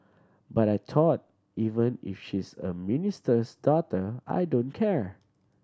but I thought even if she's a minister's daughter I don't care